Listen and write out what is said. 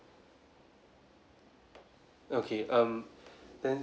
okay um then